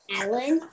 Alan